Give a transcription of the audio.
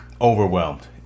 overwhelmed